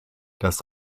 das